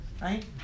right